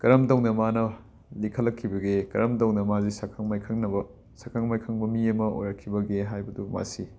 ꯀꯔꯝ ꯇꯧꯅ ꯃꯥꯅ ꯂꯤꯈꯠꯂꯛꯈꯤꯕꯒꯦ ꯀꯔꯝ ꯇꯧꯅ ꯃꯥꯁꯤ ꯁꯛꯈꯪ ꯃꯥꯏꯈꯪꯅꯕ ꯁꯛꯈꯪ ꯃꯥꯏꯈꯪꯕ ꯃꯤ ꯑꯃ ꯑꯣꯏꯔꯛꯈꯤꯕꯒꯦ ꯍꯥꯏꯕꯗꯨ ꯃꯥꯁꯤ